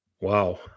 Wow